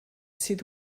sydd